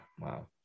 Wow